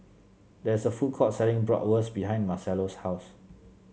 there is a food court selling Bratwurst behind Marcello's house